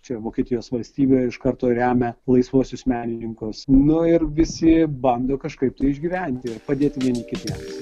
čia vokietijos valstybė iš karto remia laisvuosius menininkus nu ir visi bando kažkaip tai išgyventi ir padėti vieni kitiems